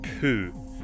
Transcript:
poo